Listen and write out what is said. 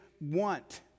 want